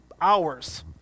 hours